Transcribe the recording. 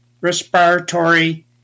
respiratory